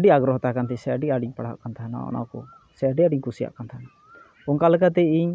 ᱟᱹᱰᱤ ᱟᱜᱽᱨᱚᱦᱚ ᱛᱟᱦᱮᱸ ᱠᱟᱱ ᱛᱤᱧᱟᱹ ᱥᱮ ᱟᱹᱰᱤ ᱟᱸᱴᱤᱧ ᱯᱟᱲᱦᱟᱜ ᱠᱟᱱ ᱛᱟᱦᱮᱱᱟ ᱥᱮ ᱚᱱᱟ ᱠᱚ ᱟᱹᱰᱤ ᱟᱸᱴᱤᱧ ᱠᱩᱥᱤᱭᱟᱜ ᱠᱟᱱ ᱛᱟᱦᱮᱱᱟ ᱚᱱᱠᱟ ᱞᱮᱠᱟᱛᱮ ᱤᱧ